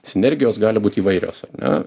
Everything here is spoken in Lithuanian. sinergijos gali būt įvairios ar ne